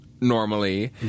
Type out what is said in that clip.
normally